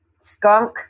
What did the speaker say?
skunk